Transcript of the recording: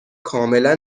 کاملا